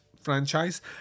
franchise